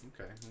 Okay